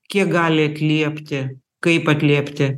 kiek gali atliepti kaip atliepti